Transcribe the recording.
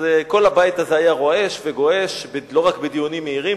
כל הבית הזה היה גועש ורועש לא רק בדיונים מהירים,